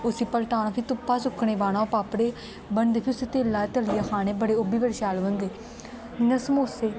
उस्सी पलटाना फ्ही धुप्पा पाना सुक्कनै गी पाना ओह् पापड़ै गी बनदे फ्ही उस्सी तेलै च तलियै खानै बनदे ओह् बी बड़े शैल बनदे इ'यां समोसे